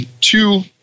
Two